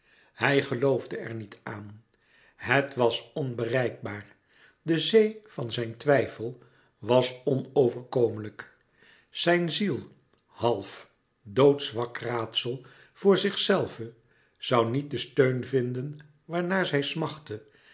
hij geloofde er niet aan het was onbereikbaar de zee van zijn twijfel was onoverkomelijk zijn ziel half doodzwak raadsel voor zichzelve zoû niet den steun vinden waarnaar zij smachtte